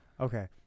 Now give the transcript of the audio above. Okay